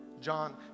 John